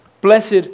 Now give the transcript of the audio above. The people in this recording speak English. Blessed